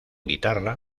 guitarra